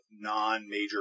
non-major